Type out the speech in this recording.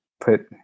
put